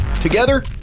Together